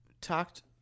talked